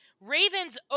raven's